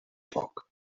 foc